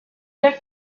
der